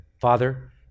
Father